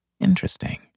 Interesting